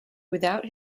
without